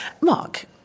Mark